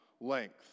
length